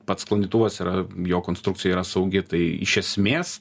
pats sklandytuvas yra jo konstrukcija yra saugi tai iš esmės